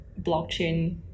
blockchain